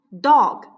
Dog